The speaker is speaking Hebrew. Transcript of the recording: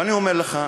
ואני אומר לך,